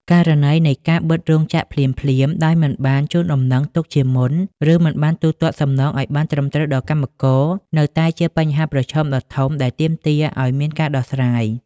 ករណីនៃការបិទរោងចក្រភ្លាមៗដោយមិនបានជូនដំណឹងទុកជាមុន ឬមិនបានទូទាត់សំណងឱ្យបានត្រឹមត្រូវដល់កម្មករ នៅតែជាបញ្ហាប្រឈមដ៏ធំដែលទាមទារឱ្យមានការដោះស្រាយ។